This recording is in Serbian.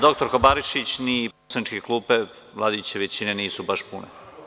Doktorka Barišić, ni poslaničke klupe vladajuće većine nisu baš pune.